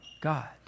God